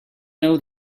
know